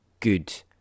good